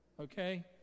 Okay